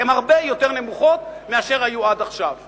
הן הרבה יותר נמוכות מאשר היו עד עכשיו.